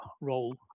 role